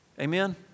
Amen